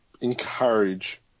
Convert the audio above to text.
encourage